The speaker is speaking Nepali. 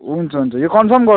हुन्छ हुन्छ यो कन्फर्म गर्